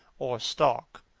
or stalk,